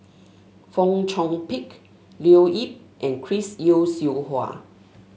Fong Chong Pik Leo Yip and Chris Yeo Siew Hua